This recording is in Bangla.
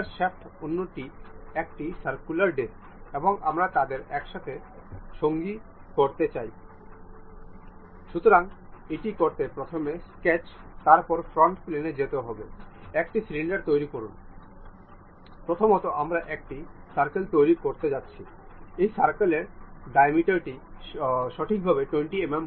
এখন আমরা এখানে যে ফাইল টি তৈরি করা হয়েছে তা দেখতে পাচ্ছি যা উত্পন্ন হয়